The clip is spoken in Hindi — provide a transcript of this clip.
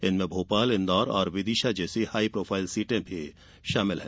इनमें भोपाल इंदौर और विदिशा जैसी हाईप्रोफाइल सीटें भी शामिल हैं